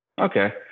okay